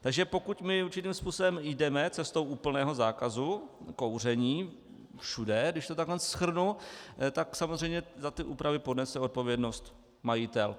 Takže pokud my určitým způsobem jdeme cestou úplného zákazu kouření všude, když to tak shrnu, tak samozřejmě za ty úpravy ponese odpovědnost majitel.